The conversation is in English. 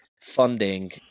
funding